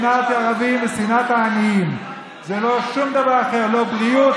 מה זה קשור לאנטישמי?